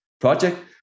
project